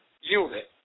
unit